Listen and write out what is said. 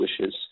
wishes